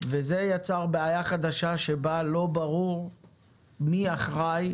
וזה יצר בעיה חדשה, שבה לא ברור מי אחראי